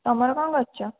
ତୁମର କ'ଣ କରିଛ